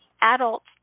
adults